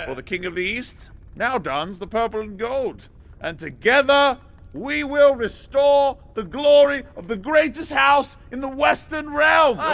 ah the king of the east now dons the purple and gold. and together we will restore the glory of the greatest house in the western realm.